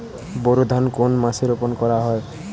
বোরো ধান কোন মাসে রোপণ করা হয়?